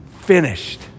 finished